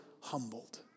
humbled